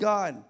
God